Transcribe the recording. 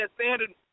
standard